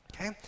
Okay